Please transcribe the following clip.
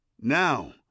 now